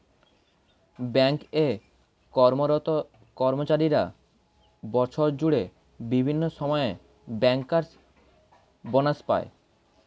bank এ কর্মরত কর্মচারীরা বছর জুড়ে বিভিন্ন সময়ে ব্যাংকার্স বনাস পায়